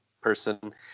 person